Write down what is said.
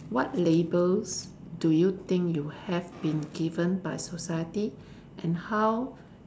what labels do you think you have been given by society and how